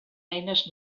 eines